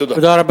תודה.